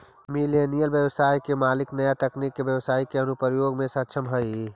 millennial व्यवसाय के मालिक नया तकनीका के व्यवसाई के अनुप्रयोग में सक्षम हई